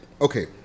okay